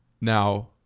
Now